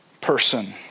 person